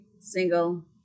single